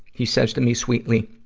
he says to me sweetly,